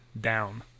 down